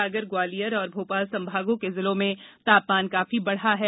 सागर ग्वालियर और भोपाल संभागों के जिलों में तापमान काफी बढ़ा है